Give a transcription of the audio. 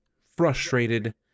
frustrated